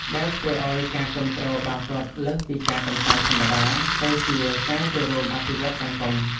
ដែលធ្វើឲ្យការគាំទ្របាល់ទាត់លើសពីការកម្សាន្តធម្មតា ទៅជាការចូលរួមអភិវឌ្ឍសង្គម។